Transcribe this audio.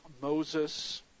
Moses